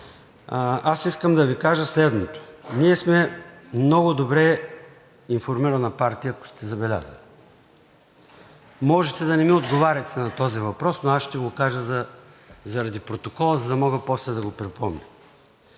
аз искам да Ви кажа следното: ние сме много добре информирана партия, ако сте забелязали. Можете да не ми отговаряте на този въпрос, но аз ще го кажа заради протокола, за да мога после да го припомня.